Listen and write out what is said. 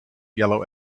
yellow